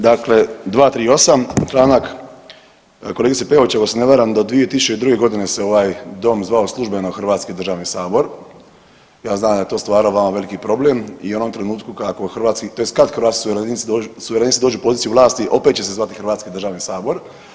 Dakle, 238. članak, kolegice Peović ako se ne varam do 2002.g. se ovaj dom zvao službeno Hrvatski državni sabor, ja znam da je to stvara vama veliki problem i u onom trenutku kad Hrvatski suverenisti dođu u poziciju vlasti opet će se zvati Hrvatski državni sabor.